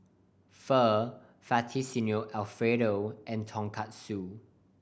Pho Fettuccine Alfredo and Tonkatsu